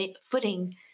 footing